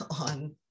on